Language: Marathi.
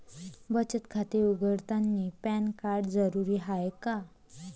बचत खाते उघडतानी पॅन कार्ड जरुरीच हाय का?